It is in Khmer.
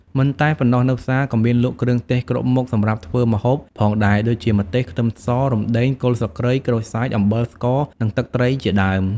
មិនតែប៉ុណ្ណោះ នៅផ្សារក៏មានលក់គ្រឿងទេសគ្រប់មុខសម្រាប់ធ្វើម្ហូបផងដែរ ដូចជា ម្ទេស ខ្ទឹមស រំដេង គល់ស្លឹកគ្រៃ ក្រូចសើច អំបិល ស្ករ និងទឹកត្រីជាដើម។